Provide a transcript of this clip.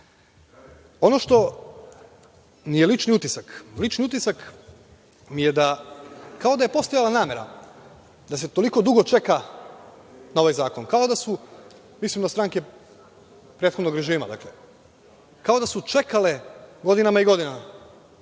EU.Ono što mi je lični utisak, lični utisak mi je da kao da je postojala namera da se toliko dugo čeka na ovaj zakon, kao da su, mislim na stranke prethodnog režima, kao da su čekale godinama i godinama